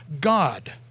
God